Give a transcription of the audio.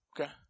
okay